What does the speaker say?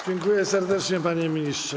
Dziękuję serdecznie, panie ministrze.